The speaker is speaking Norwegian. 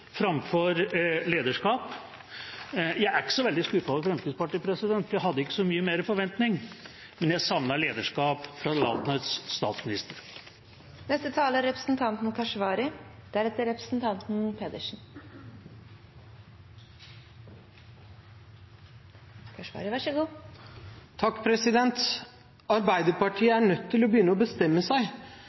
framfor lederskap. Jeg er ikke så veldig skuffet over Fremskrittspartiet, for jeg hadde ikke så mye mer forventning, men jeg savner lederskap fra landets statsminister. Arbeiderpartiet er